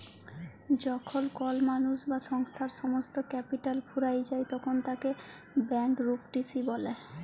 যখল কল মালুস বা সংস্থার সমস্ত ক্যাপিটাল ফুরাঁয় যায় তখল তাকে ব্যাংকরূপটিসি ব্যলে